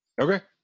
Okay